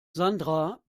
sandra